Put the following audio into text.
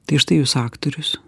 tai štai jūs aktorius